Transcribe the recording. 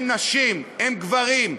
הם גברים,